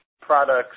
products